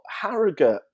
Harrogate